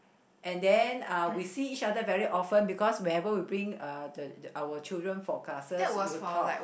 and then uh we see each other very often because whenever we bring uh the our children for classes we will talk